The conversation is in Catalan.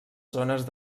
zones